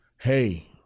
Hey